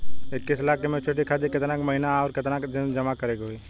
इक्कीस लाख के मचुरिती खातिर केतना के महीना आउरकेतना दिन जमा करे के होई?